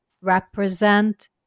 represent